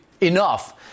enough